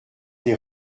des